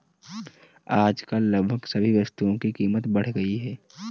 आजकल लगभग सभी वस्तुओं की कीमत बढ़ गई है